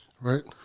Right